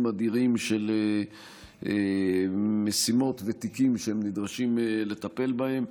אדירים של משימות ותיקים שהם נדרשים לטפל בהם.